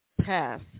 pass